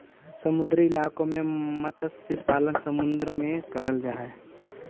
समुद्री इलाकों में मत्स्य पालन समुद्र में करल जा हई